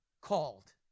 called